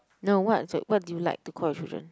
no what's what do you like to call your children